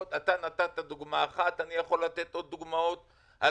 אתה נתת דוגמה אחת ואני יכול לתת עוד דוגמאות על